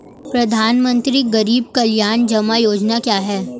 प्रधानमंत्री गरीब कल्याण जमा योजना क्या है?